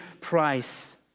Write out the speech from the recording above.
price